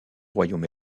royaume